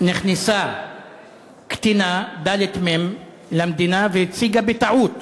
נכנסה הקטינה ד"מ למדינה והציגה בטעות